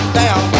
down